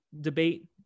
debate